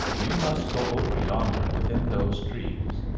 you must go over yonder within those trees.